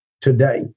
today